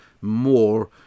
more